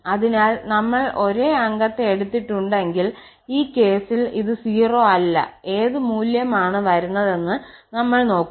അതിനാൽ ഞങ്ങൾ ഒരേ അംഗത്തെ എടുത്തിട്ടുണ്ടെങ്കിൽ ഈ കേസിൽ ഇത് 0 അല്ല ഏത് മൂല്യം ആണ് വരുന്നതെന്ന് നമ്മൾ നോക്കും